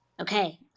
Okay